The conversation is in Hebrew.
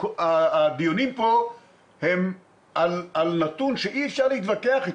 שהדיונים פה הם על נתון שאי אפשר להתווכח איתו,